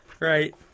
Right